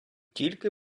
тільки